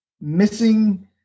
missing